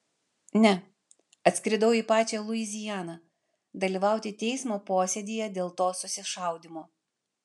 ne atskridau į pačią luizianą dalyvauti teismo posėdyje dėl to susišaudymo